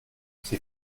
sie